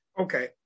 okay